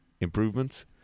improvements